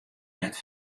net